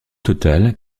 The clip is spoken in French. total